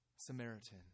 Samaritan